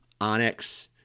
Onyx